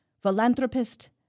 philanthropist